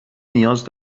نیاز